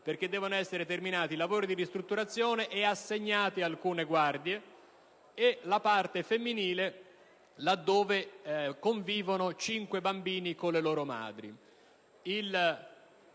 perché devono essere terminati i lavori di ristrutturazione e assegnate alcune guardie, e nella parte femminile convivono 5 bambini con le loro madri.